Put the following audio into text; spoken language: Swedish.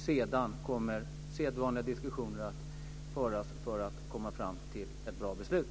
Sedan kommer sedvanliga diskussioner att föras för att vi ska komma fram till ett bra beslut.